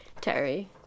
Terry